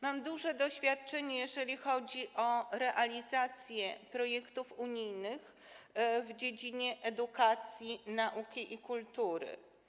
Mam duże doświadczenie, jeżeli chodzi o realizację projektów unijnych w dziedzinach edukacji, nauki i kultury.